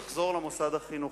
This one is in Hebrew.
הוא יחזור למוסד החינוכי.